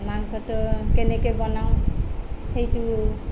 মাংসটো কেনেকৈ বনাওঁ সেইটো